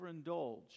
overindulge